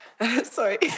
sorry